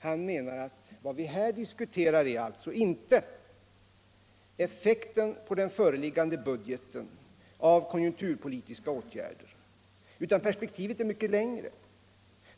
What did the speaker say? Han menar alltså att vad vi här diskuterar inte är effekten på den föreliggande budgeten av konjunkturpolitiska åtgärder, utan att perspektivet är mycket längre.